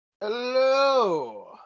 Hello